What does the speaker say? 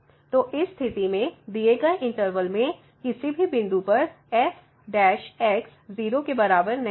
तो इस स्थिति में दिए गए इंटरवल में किसी भी बिंदु पर f 0 के बराबर नहीं है